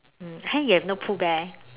mm !huh! you have no pooh bear